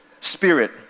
spirit